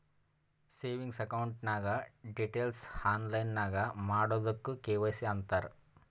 savings account ನಾಗ್ details online ನಾಗ್ ಮಾಡದುಕ್ ಕೆ.ವೈ.ಸಿ ಅಂತಾರ್